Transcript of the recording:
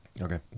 Okay